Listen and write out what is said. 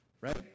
Right